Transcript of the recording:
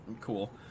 cool